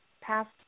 past